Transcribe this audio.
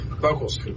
vocals